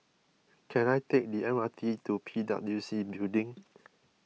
can I take the M R T to P W C Building